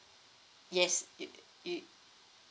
yes it it